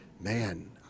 man